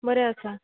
बरें आसा